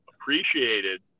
appreciated